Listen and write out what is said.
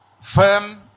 firm